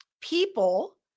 people